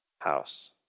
house